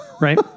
Right